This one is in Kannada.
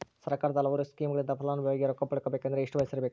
ಸರ್ಕಾರದ ಹಲವಾರು ಸ್ಕೇಮುಗಳಿಂದ ಫಲಾನುಭವಿಯಾಗಿ ರೊಕ್ಕ ಪಡಕೊಬೇಕಂದರೆ ಎಷ್ಟು ವಯಸ್ಸಿರಬೇಕ್ರಿ?